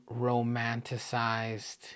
romanticized